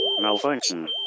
Malfunction